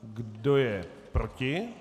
Kdo je proti?